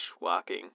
walking